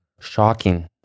Shocking